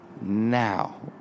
now